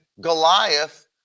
Goliath